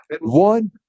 one